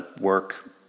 work